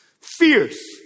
Fierce